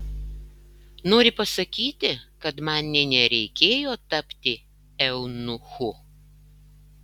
nori pasakyti kad man nė nereikėjo tapti eunuchu